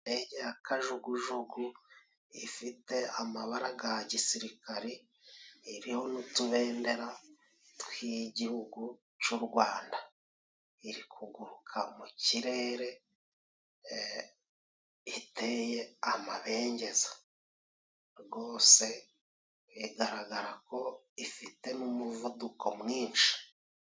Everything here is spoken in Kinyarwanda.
Indege ya kajugujugu, ifite amababa ga gisirikare iriho n'utubendera twigihugu c'u Rwanda, iri kuguruka mu kirere iteye amabengeza ,rwose igaragara ko ifite n'umuvuduko mwinshi.